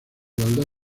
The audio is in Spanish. igualdad